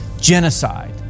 genocide